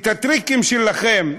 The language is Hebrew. את הטריקים שלכם,